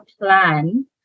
plan